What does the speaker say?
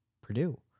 Purdue